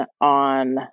on